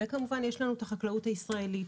וכמובן יש לנו את החקלאות הישראלית,